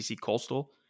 Coastal